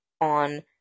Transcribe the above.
on